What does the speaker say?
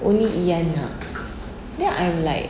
only iyan nak then I'm like